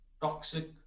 toxic